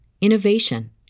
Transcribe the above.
innovation